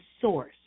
source